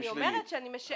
אני אומרת שאני משערת.